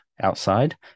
outside